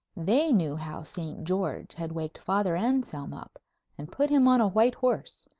they knew how saint george had waked father anselm up and put him on a white horse,